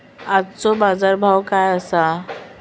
आजचो बाजार भाव काय आसा?